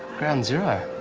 ground zero.